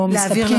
או מסתפקים בדברים.